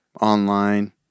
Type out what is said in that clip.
online